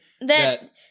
That-